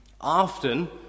Often